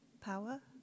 Power